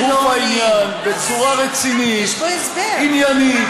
אני עונה לגוף העניין בצורה רצינית, עניינית.